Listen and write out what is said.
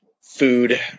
food